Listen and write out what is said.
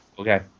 Okay